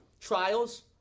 trials